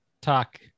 talk